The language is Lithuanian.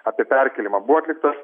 apie perkėlimą buvo atliktas